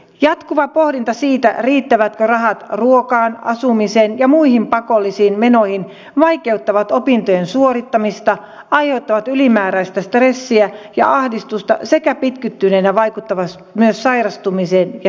jatkuva pohdinta siitä riittävätkö rahat ruokaan asumiseen ja muihin pakollisiin menoihin vaikeuttaa opintojen suorittamista aiheuttaa ylimääräistä stressiä ja ahdistusta sekä pitkittyneenä vaikuttaa myös sairastumiseen ja syrjäytymiseen